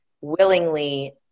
willingly